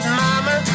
mama